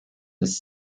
this